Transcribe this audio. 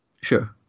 Sure